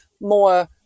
more